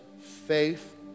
faith